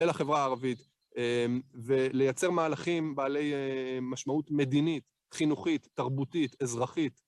אל החברה הערבית, ולייצר מהלכים בעלי משמעות מדינית, חינוכית, תרבותית, אזרחית.